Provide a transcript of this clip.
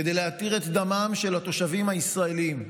כדי להתיר את דמם של התושבים הישראלים.